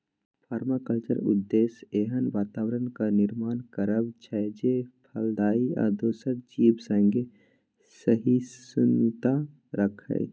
परमाकल्चरक उद्देश्य एहन बाताबरणक निर्माण करब छै जे फलदायी आ दोसर जीब संगे सहिष्णुता राखय